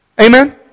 Amen